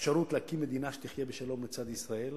אפשרות להקים מדינה שתחיה בשלום לצד ישראל,